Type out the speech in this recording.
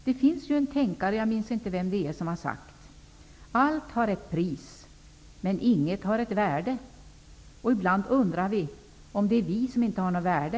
Det finns en tänkare, jag minns inte vem det är, som har sagt: Allt har ett pris, men inget har ett värde. Ibland undrar vi om det är vi som inte har något värde.